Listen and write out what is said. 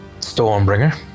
Stormbringer